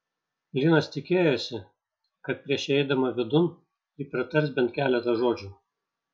linas tikėjosi kad prieš įeidama vidun ji pratars bent keletą žodžių